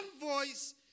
voice